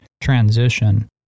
transition